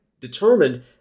Determined